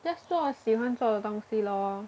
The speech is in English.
just 做喜欢做的东西 lor